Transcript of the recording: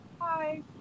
Hi